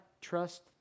trust